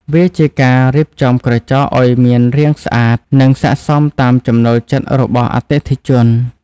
វាជាការរៀបចំក្រចកឱ្យមានរាងស្អាត និងស័ក្តិសមតាមចំណូលចិត្តរបស់អតិថិជន។